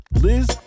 Liz